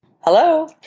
Hello